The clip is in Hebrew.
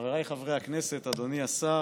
חבריי חברי הכנסת, אדוני השר,